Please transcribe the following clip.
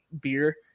beer